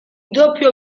doppio